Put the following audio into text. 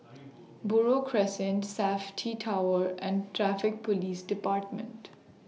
Buroh Crescent Safti Tower and Traffic Police department